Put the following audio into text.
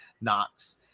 Knox